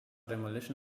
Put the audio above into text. demolition